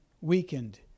weakened